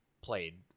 Played